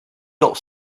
got